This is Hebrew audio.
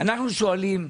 אנחנו שואלים,